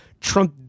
Trump